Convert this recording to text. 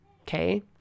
okay